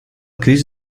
crisi